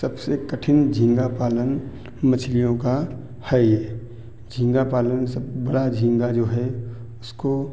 सबसे कठिन झींगा पालन मछलियों का है ये झींगा पालन सब बड़ा झींगा जो है उसको